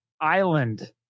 Island